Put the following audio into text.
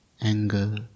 anger